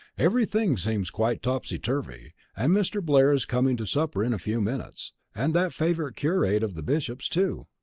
everything seems quite topsy turvy. and mr. blair is coming to supper in a few minutes and that favourite curate of the bishop's, too.